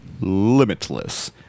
limitless